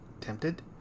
Tempted